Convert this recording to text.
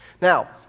Now